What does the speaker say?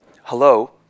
Hello